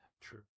True